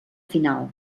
final